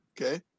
Okay